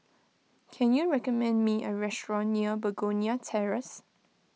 can you recommend me a restaurant near Begonia Terrace